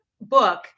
book